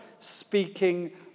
speaking